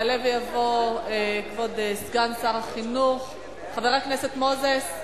יעלה ויבוא כבוד סגן שר החינוך, חבר הכנסת מוזס.